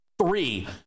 three